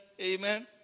Amen